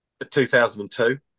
2002